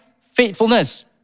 faithfulness